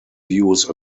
views